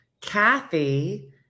Kathy